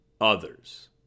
others